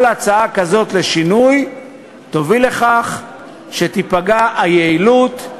כל הצעה כזאת לשינוי תוביל לכך שתיפגע היעילות,